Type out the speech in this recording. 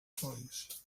folis